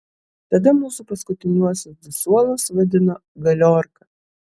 tada mūsų paskutiniuosius du suolus vadino galiorka